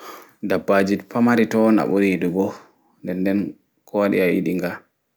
Daɓɓaji pamari toi on a ɓuri yiɗugo nɗe nɗe kowaɗi a yiɗi nga.